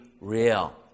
real